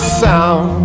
sound